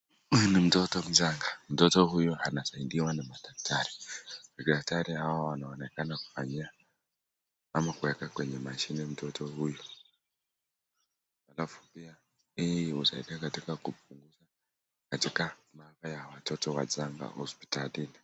Huyu ni mtoto mchanga, mtoto huyu anasaidiwa na madaktari, madaktari hawa wanaonekana kufanyia ama kuweka kwenye mashine mtoto huyu, alafu pia hii husaidia katika kupunguza katika maafa ya watoto wachanga hospitalini.